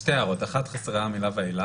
יש שתי הערות: אחת, חסרה המילה "ואילך".